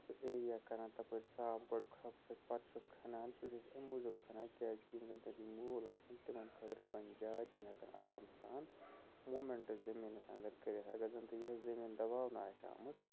سُہ ایریا کَران تَپٲرۍ صاف گۄڈٕ کھَرٛۄپہٕ سۭتۍ پَتہٕ چھُ کھَنان سُہ چھِ أسۍ اَمہِ موٗجوٗب کھَنان کیٛازِکہِ یِم زَن تَمِکۍ موٗل آسَن تِمَن خٲطرٕ بَنہِ جاے تِم ہٮ۪کَن آرام سان موٗمٮ۪نٛٹ زٔمیٖنَس اندَر کٔرِتھ اگر زَن تہِ یِہٕے زٔمیٖن دَباونہٕ آسہِ آمٕژ